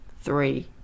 three